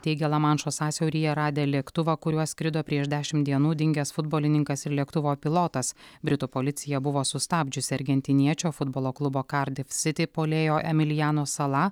teigė lamanšo sąsiauryje radę lėktuvą kuriuo skrido prieš dešimt dienų dingęs futbolininkas ir lėktuvo pilotas britų policija buvo sustabdžiusi argentiniečio futbolo klubo kardif siti puolėjo emilijano sala